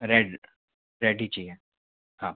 red red ही चाहिए हाँ